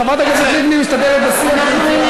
חברת הכנסת לבני משתתפת בשיח, זה מצוין.